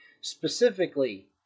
specifically